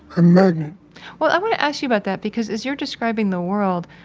a magnet well, i want to ask you about that because as you're describing the world,